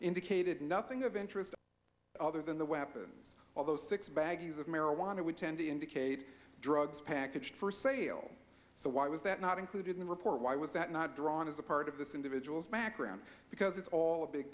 indicated nothing of interest other than the weapons although six bags of marijuana would tend to indicate drugs packaged for sale so why was that not included in the report why was that not drawn as a part of this individual's background because it's all a big